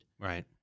Right